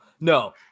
no